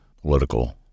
political